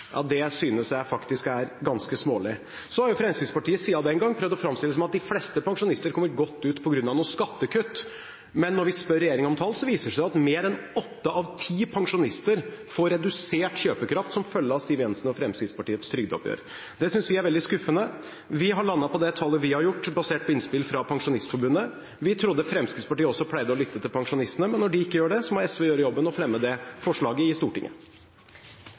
synes jeg faktisk er ganske smålig. Fremskrittspartiet har siden den gang prøvd å framstille det som at de fleste pensjonister kommer godt ut på grunn av noen skattekutt. Men når vi spør regjeringen om tall, viser det seg at mer enn åtte av ti pensjonister får redusert kjøpekraft som følge av Siv Jensen og Fremskrittspartiets trygdeoppgjør. Det synes vi er veldig skuffende. Vi har landet på det tallet vi har gjort, basert på innspill fra Pensjonistforbundet. Vi trodde at Fremskrittspartiet også pleide å lytte til pensjonistene, men når de ikke gjør det, må SV gjøre jobben og fremme det forslaget i Stortinget.